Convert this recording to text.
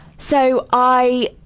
so, i.